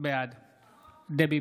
אינו נוכח אוריאל בוסו,